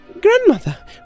Grandmother